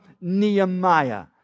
Nehemiah